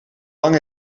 lang